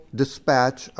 dispatch